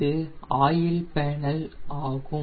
இது oil panel ஆகும்